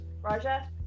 Raja